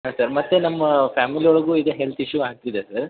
ಹಾಂ ಸರ್ ಮತ್ತೆ ನಮ್ಮ ಫ್ಯಾಮಿಲಿ ಒಳಗೂ ಇದೆ ಹೆಲ್ತ್ ಇಶ್ಯೂ ಆಗ್ತಿದೆ ಸರ್